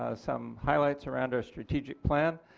ah some highlights around our strategic plan,